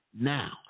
now